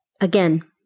again